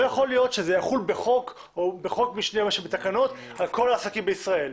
לא יכול להיותך שזה יחול בחוק ובתקנות על כל העסקים בישראל.